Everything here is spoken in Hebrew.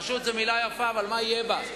רשות היא מלה יפה, אבל מה יהיה בה?